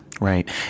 Right